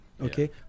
okay